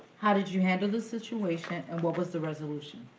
how did you handle the situation and what was the resolution?